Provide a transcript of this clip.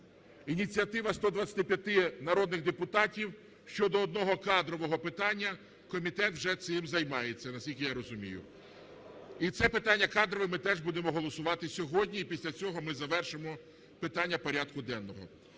ініціатива 125 народних депутатів щодо одного кадрового питання. Комітет уже цим займається, наскільки я розумію. І це питання кадрове ми теж будемо голосувати сьогодні, і після цього ми завершимо питання порядку денного.